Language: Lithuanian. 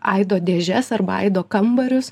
aido dėžes arba aido kambarius